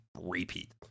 repeat